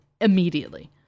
immediately